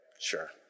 Sure